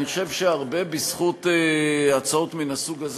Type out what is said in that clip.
אני חושב שהרבה בזכות הצעות מן הסוג הזה,